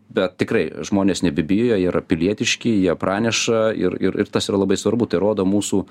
bet tikrai žmonės nebebijo jie yra pilietiški jie praneša ir ir tas yra labai svarbu tai rodo mūsų